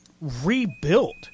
rebuilt